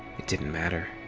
it didn't matter,